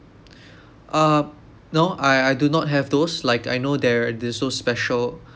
uh no I I do not have those like I know they're they're so special